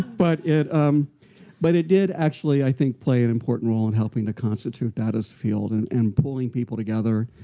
but it um but it did actually, i think, play an important role in helping to constitute that as a field and and pulling people together